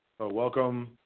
Welcome